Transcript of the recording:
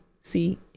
see